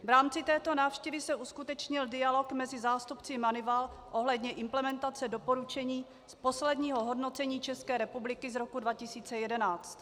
V rámci této návštěvy se uskutečnil dialog mezi zástupci Moneyvalu ohledně implementace doporučení z posledního hodnocení České republiky z roku 2011.